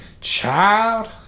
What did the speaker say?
Child